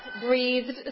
breathed